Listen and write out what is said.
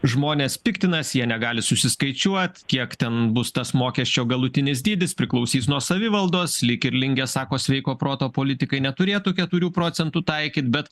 žmonės piktinas jie negali susiskaičiuot kiek ten bus tas mokesčio galutinis dydis priklausys nuo savivaldos lyg ir lingė sako sveiko proto politikai neturėtų keturių procentų taikyt bet